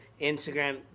Instagram